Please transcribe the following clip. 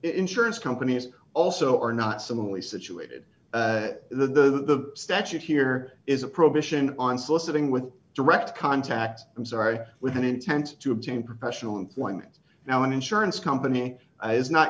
insurance companies also are not similarly situated the statute here is a probation on soliciting with direct contact i'm sorry with an intent to obtain professional employment now an insurance company is not